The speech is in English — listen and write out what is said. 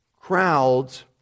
Crowds